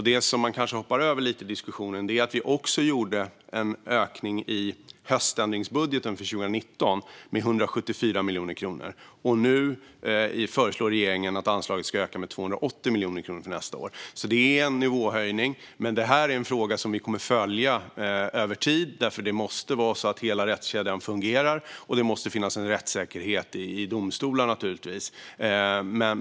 Det som man kanske hoppar över lite i diskussionen är att vi gjorde en ökning i höständringsbudgeten för 2019 med 174 miljoner kronor. Och nu föreslår regeringen att anslaget ska öka med 280 miljoner kronor för nästa år. Det är alltså en nivåhöjning. Men detta är en fråga som vi kommer att följa över tid, för hela rättskedjan måste fungera. Och det måste naturligtvis finnas en rättssäkerhet i domstolar.